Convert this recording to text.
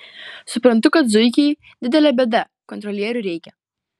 suprantu kad zuikiai didelė bėda kontrolierių reikia